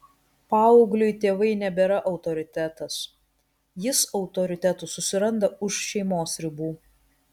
paaugliui tėvai nebėra autoritetas jis autoritetų susiranda už šeimos ribų